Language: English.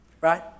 right